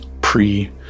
pre